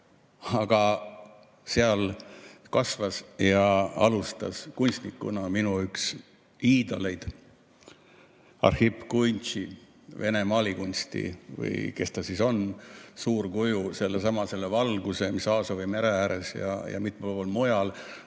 Aga seal kasvas ja alustas kunstnikuna minu üks iidoleid, Arhip Kuindži: Vene maalikunsti, või mis ta siis on, suurkuju. Selle sama valguse, mis on Aasovi mere ääres ja mitmel pool